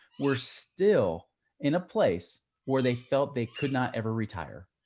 we're still in a place where they felt they could not ever retire.